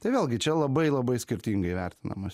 tai vėlgi čia labai labai skirtingai vertinamas